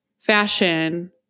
fashion